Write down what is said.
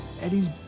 Eddie's